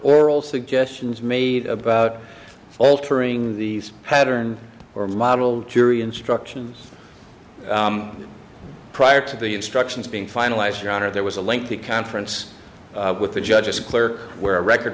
oral suggestions made about altering the pattern or model jury instructions prior to the instructions being finalized your honor there was a lengthy conference with the judges clerk where a record